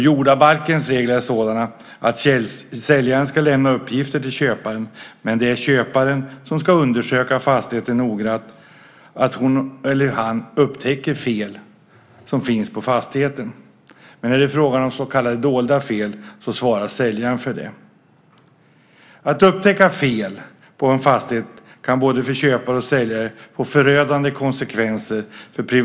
Jordabalkens regler är sådana att säljaren ska lämna uppgifter till köparen, men det är köparen som ska undersöka fastigheten så noggrant att hon eller han upptäcker fel som finns på fastigheten. Om det är fråga om så kallade dolda fel så svarar säljaren för dem. Att upptäcka fel på en fastighet kan få förödande konsekvenser för privatekonomin för både en köpare och en säljare.